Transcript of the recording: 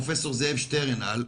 פרופ' זאב שטרנהל,